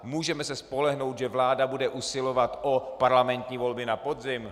Můžeme se spolehnout, že vláda bude usilovat o parlamentní volby na podzim?